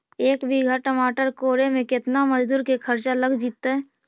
एक बिघा टमाटर कोड़े मे केतना मजुर के खर्चा लग जितै?